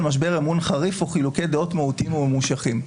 משבר אמון חריף או חילוקי דעות מהותיים וממושכים.